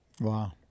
wow